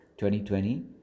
2020